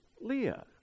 Leah